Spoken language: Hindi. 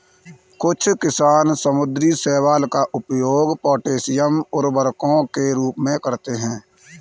कुछ किसान समुद्री शैवाल का उपयोग पोटेशियम उर्वरकों के रूप में करते हैं